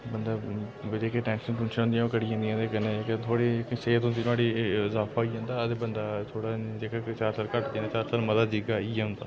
बन्दा बंदे गी जेह्ड़ी टेंशन टुंशना होन्दियां ओह् घटी जांदियां ते कन्नै जेह्की ओह् थोह्ड़ी सेह्त होंदी नुहाड़ी इजाफा होई जंदा ते बंदा थोह्ड़ा जेह्का कोई चार साल घट्ट चार साल मता जीह्गा